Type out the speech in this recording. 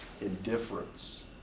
indifference